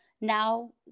now